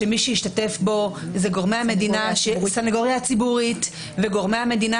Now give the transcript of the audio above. שמי שהשתתף בו הם הסנגוריה הציבורית וגורמי המדינה,